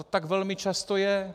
To tak velmi často je.